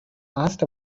asked